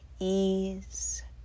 ease